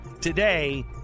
Today